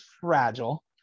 fragile